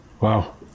Wow